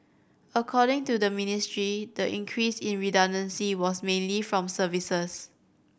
according to the Ministry the increase in redundancy was mainly from services